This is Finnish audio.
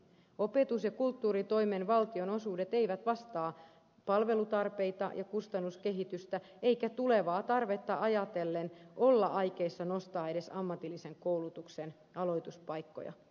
opetus ja kulttuuritoimen valtionosuudet eivät vastaa palvelutarpeita ja kustannuskehitystä eikä tulevaa tarvetta ajatellen olla aikeissa nostaa edes ammatillisen koulutuksen aloituspaikkoja